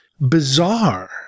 bizarre